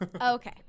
Okay